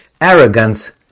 arrogance